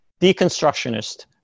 Deconstructionist